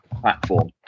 platform